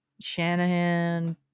Shanahan